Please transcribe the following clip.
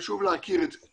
וחשוב להכיר את זה.